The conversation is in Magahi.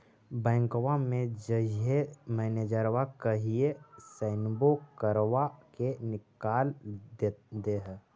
बैंकवा मे जाहिऐ मैनेजरवा कहहिऐ सैनवो करवा के निकाल देहै?